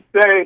say